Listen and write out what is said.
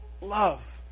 love